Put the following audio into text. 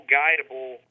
guidable